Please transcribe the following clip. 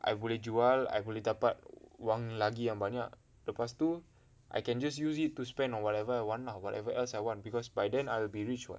I boleh jual I boleh dapat wang lagi yang banyak lepas tu I can just use it to spend on whatever I want lah whatever else I want because by then I'll be rich [what]